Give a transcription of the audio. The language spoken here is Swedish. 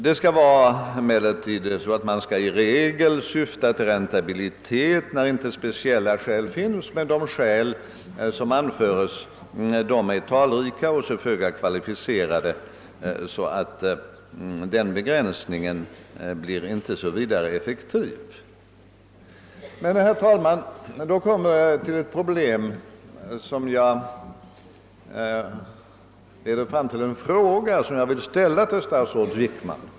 Det sägs att man i regel skall ha räntabilitet som målsättning när det inte finns speciella skäl som talar däremot, men de skäl som anförs är talrika ehuru så föga precisa att den begränsningen inte blir särskilt effektiv. Jag skulle vilja ställa en fråga till statsrådet Wickman.